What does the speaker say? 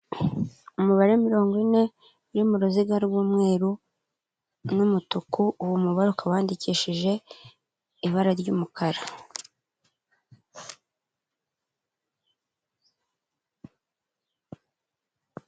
Umubare mirongo ine, uri mu ruziga rw'umweru n'umutuku, uwo mubare ukaba wandikishije, ibara ry'umukara.